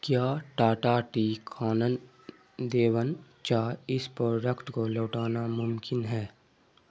کیا ٹاٹا ٹی کانن دیون چائے اس پروڈکٹ کو لوٹانا ممکن ہے